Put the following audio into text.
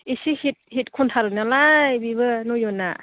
एसे हिट हिट खनथारोनालाय बिबो नयनआ